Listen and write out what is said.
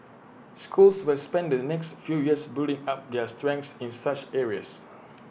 schools will spend the next few years building up their strengths in such areas